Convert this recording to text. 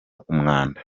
umwanda